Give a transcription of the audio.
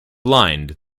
blind